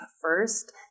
first